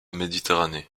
méditerranée